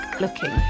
looking